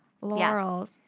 laurels